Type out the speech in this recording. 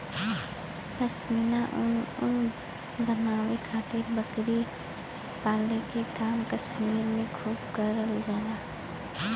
पश्मीना ऊन बनावे खातिर बकरी पाले के काम कश्मीर में खूब करल जाला